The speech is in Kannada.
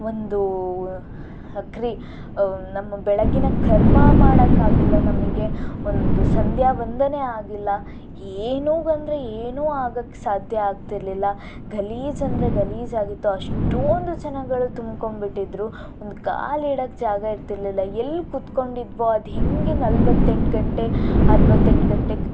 ಒಂದು ಕ್ರಿ ನಮ್ಮ ಬೆಳಗ್ಗಿನ ಕರ್ಮ ಮಾಡೋಕ್ಕಾಗ್ಲಿಲ್ಲ ನಮಗೆ ಒಂದು ಸಂಧ್ಯಾ ವಂದನೆ ಆಗಿಲ್ಲ ಏನು ಅಂದರೆ ಏನೂ ಆಗೋಕ್ಕೆ ಸಾಧ್ಯ ಆಗ್ತಿರ್ಲಿಲ್ಲ ಗಲೀಜು ಅಂದರೆ ಗಲೀಜು ಆಗಿತ್ತು ಅಷ್ಟೊಂದು ಜನಗಳು ತುಂಬ್ಕೊಂಡ್ಬಿಟ್ಟಿದ್ರು ಒಂದು ಕಾಲಿಡೋಕ್ಕೆ ಜಾಗ ಇರ್ತಿರಲಿಲ್ಲ ಎಲ್ಲಿ ಕುತ್ಕೊಂಡು ಇದ್ವೋ ಅದು ಹೇಗೆ ನಲವತ್ತೆಂಟು ಗಂಟೆ ಅರವತ್ತೆಂಟು ಗಂಟೆ